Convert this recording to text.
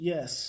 Yes